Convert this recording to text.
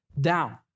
down